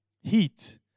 heat